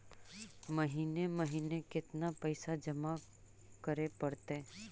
महिने महिने केतना पैसा जमा करे पड़तै?